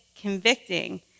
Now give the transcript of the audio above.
convicting